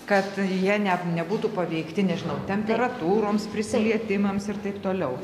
kad jie net nebūtų paveikti nežinau temperatūroms prisilietimams ir taip toliau